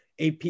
AP